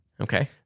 Okay